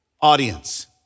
audience